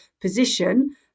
position